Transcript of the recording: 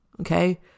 Okay